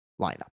lineup